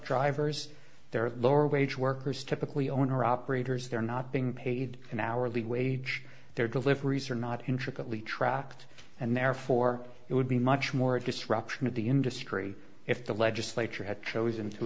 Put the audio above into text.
drivers there are lower wage workers typically owner operators they're not being paid an hourly wage they're deliveries are not intricately tracked and therefore it would be much more a disruption of the industry if the legislature had chosen to